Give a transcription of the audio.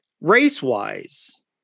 race-wise